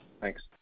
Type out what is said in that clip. Thanks